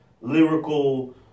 lyrical